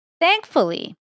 Thankfully